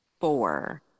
four